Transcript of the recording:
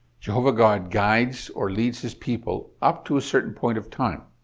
jehovah god guides or leads his people up to a certain point of time,